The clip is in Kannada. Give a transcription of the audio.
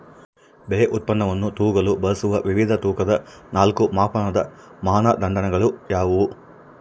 ಬೆಳೆ ಉತ್ಪನ್ನವನ್ನು ತೂಗಲು ಬಳಸುವ ವಿವಿಧ ತೂಕದ ನಾಲ್ಕು ಮಾಪನದ ಮಾನದಂಡಗಳು ಯಾವುವು?